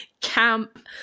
camp